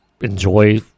enjoy